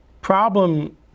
problem